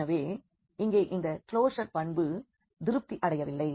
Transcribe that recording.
எனவே இங்கே இந்த க்ளோஷர் பண்பு திருப்தியடையவில்லை